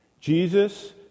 Jesus